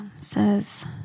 says